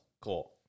Cool